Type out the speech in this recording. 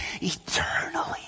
eternally